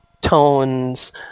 tones